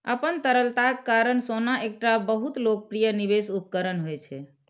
अपन तरलताक कारण सोना एकटा बहुत लोकप्रिय निवेश उपकरण होइ छै